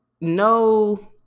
no